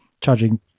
charging